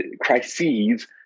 crises